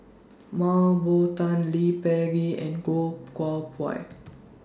Mah Bow Tan Lee Peh Gee and Goh Koh Pui